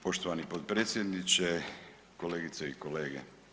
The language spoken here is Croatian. Poštovani potpredsjedniče, kolegice i kolege.